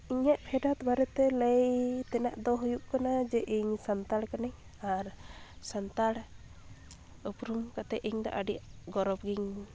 ᱤᱧᱟᱹᱜ ᱯᱷᱮᱰᱟᱛ ᱵᱟᱨᱮᱛᱮ ᱞᱟᱹᱭ ᱛᱮᱱᱟᱜ ᱫᱚ ᱦᱩᱭᱩᱜ ᱠᱟᱱᱟ ᱡᱮ ᱤᱧ ᱥᱟᱱᱛᱟᱲ ᱠᱟᱹᱱᱟᱹᱧ ᱟᱨ ᱥᱟᱱᱛᱟᱲ ᱩᱯᱨᱩᱢ ᱠᱟᱛᱮ ᱤᱧ ᱫᱚ ᱟᱹᱰᱤ ᱜᱚᱨᱚᱵᱽ ᱜᱮᱧ